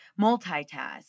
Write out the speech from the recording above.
multitask